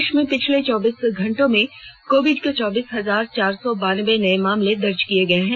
देश में पिछले चौबीस घंटों में कोविड के चौबीस हजार चार सौ बानबे नए मामले दर्ज किए गए हैं